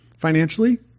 financially